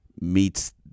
meets